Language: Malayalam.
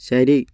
ശരി